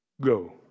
go